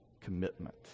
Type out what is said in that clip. commitment